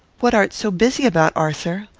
what art so busy about, arthur?